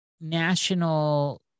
national